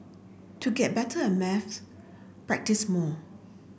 to get better at maths practise more